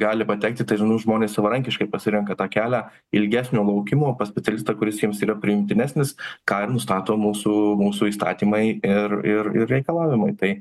gali patekti tai žmonės savarankiškai pasirenka tą kelią ilgesnio laukimo pas specialistą kuris jiems yra priimtinesnis ką ir nustato mūsų mūsų įstatymai ir ir ir reikalavimai tai